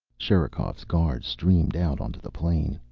sherikov's guards streamed out onto the plain.